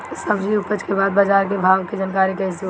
सब्जी उपज के बाद बाजार के भाव के जानकारी कैसे होई?